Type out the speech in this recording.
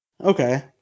Okay